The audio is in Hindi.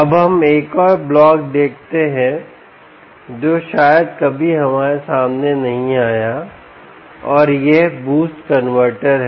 अब हम एक और ब्लॉक देखते हैं जो शायद कभी हमारे सामने नहीं आया और यह बूस्ट कनवर्टर है